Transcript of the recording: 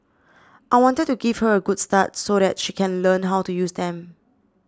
I wanted to give her a good start so that she can learn how to use them